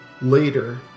Later